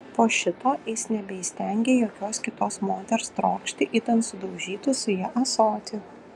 po šito jis nebeįstengė jokios kitos moters trokšti idant sudaužytų su ja ąsotį